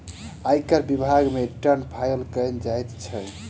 आयकर विभाग मे रिटर्न फाइल कयल जाइत छै